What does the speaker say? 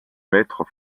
maîtres